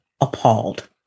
appalled